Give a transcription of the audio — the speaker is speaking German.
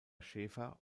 schaefer